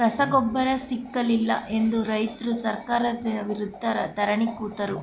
ರಸಗೊಬ್ಬರ ಸಿಕ್ಕಲಿಲ್ಲ ಎಂದು ರೈತ್ರು ಸರ್ಕಾರದ ವಿರುದ್ಧ ಧರಣಿ ಕೂತರು